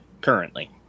currently